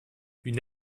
une